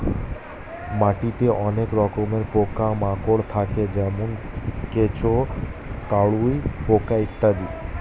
মাটিতে অনেক রকমের পোকা মাকড় থাকে যেমন কেঁচো, কাটুই পোকা ইত্যাদি